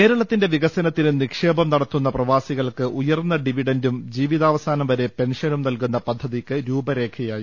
കേരളത്തിന്റെ വികസനത്തിന് നിക്ഷേപം നടത്തുന്ന പ്രവാ സികൾക്ക് ഉയർന്ന ഡിവിഡന്റും ജീവിതാവസാനം വരെ പെൻഷനും നൽകുന്ന പദ്ധതിയ്ക്ക് രൂപരേഖയായി